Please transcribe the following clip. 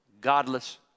godless